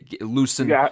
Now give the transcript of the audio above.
loosen